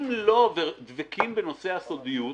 אם לא דבקים בנושא הסודיות,